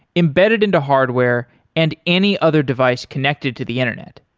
embedded into hardware and any other device connected to the internet.